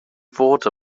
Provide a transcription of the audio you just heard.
fod